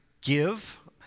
give